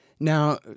Now